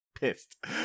pissed